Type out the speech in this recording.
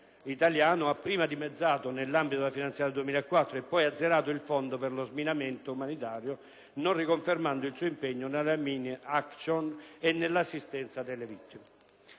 italiano ha prima dimezzato (nell'ambito della legge finanziaria per il 2004) e poi azzerato il Fondo per lo sminamento umanitario, non riconfermando il suo impegno nella *mine* *action* e nell'assistenza alle vittime.